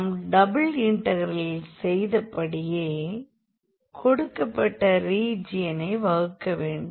நாம் டபுள் இன்டெக்ரலில் செய்தபடியே கொடுக்கப்பட்ட ரீஜியனை வகுக்க வேண்டும்